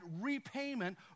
repayment